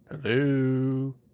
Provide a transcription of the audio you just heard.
Hello